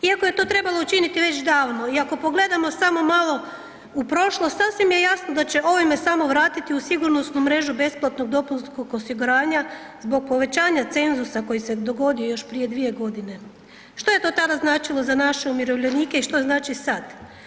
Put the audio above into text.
Iako je to trebalo učiniti već davno i ako pogledamo samo malo u prošlost sasvim je jasno da će ovime samo vratiti u sigurnosnu mrežu besplatnog dopunskog osiguranja zbog povećanja cenzusa koji se dogodio još prije 2.g. Što je to tada značilo za naše umirovljenike i što znači sad?